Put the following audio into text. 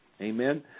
amen